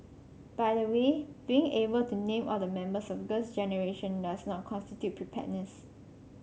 by the way being able to name all the members of Girls Generation does not constitute preparedness